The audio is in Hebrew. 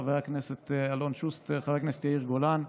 חבר הכנסת אלון שוסטר וחבר הכנסת יאיר גולן,